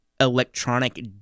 electronic